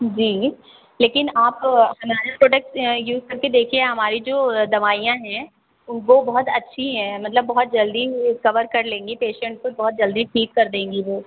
जी लेकिन आप हमारे प्रॉडक्ट्स यां यूज़ करके देखिए हमारी जो दवाइयाँ हैं वो बहुत अच्छी हैं मतलब बहुत ये जल्दी कवर कर लेंगी पेशेन्ट को बहुत जल्दी ठीक कर देंगी वो